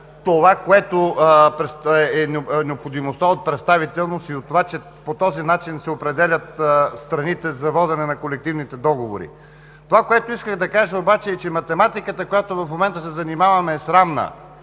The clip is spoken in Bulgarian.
омаловажил необходимостта от представителност и от това, че по този начин се определят страните за водене на колективните договори. Това, което исках да кажа обаче, е, че математиката, с която в момента се занимаваме, е срамна.